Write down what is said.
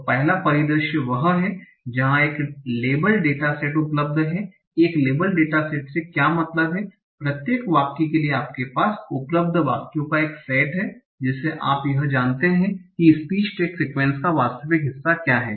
तो पहला परिदृश्य वह है जहां एक लेबल डेटा सेट उपलब्ध है एक लेबल डेटा सेट से क्या मतलब है प्रत्येक वाक्य के लिए आपके पास उपलब्ध वाक्यों का एक सेट है जिसे आप यह भी जानते हैं कि स्पीच टैग सीक्वन्स का वास्तविक हिस्सा क्या है